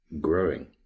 growing